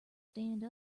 stand